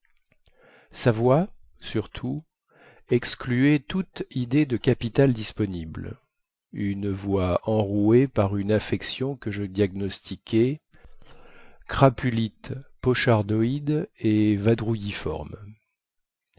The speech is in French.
sa voix surtout excluait toute idée de capital disponible une voix enrouée par une affection que je diagnostiquai crapulite pochardoïde et